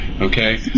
okay